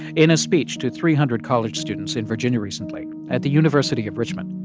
in a speech to three hundred college students in virginia recently at the university of richmond,